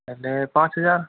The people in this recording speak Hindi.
मैं पाँच हजार